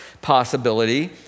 possibility